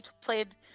played